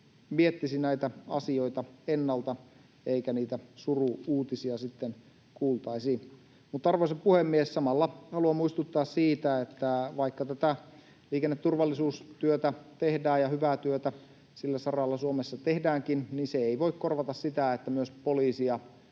miettisi näitä asioita ennalta eikä niitä suru-uutisia sitten kuultaisi. Mutta, arvoisa puhemies, samalla haluan muistuttaa siitä, että vaikka tätä liikenneturvallisuustyötä tehdään ja hyvää työtä sillä saralla Suomessa tehdäänkin, niin se ei voi korvata sitä, että myös poliisia